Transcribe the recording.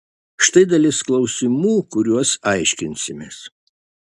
štai dalis klausimų kuriuos aiškinsimės